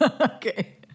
Okay